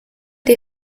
des